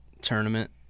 tournament